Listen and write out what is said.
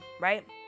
right